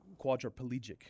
quadriplegic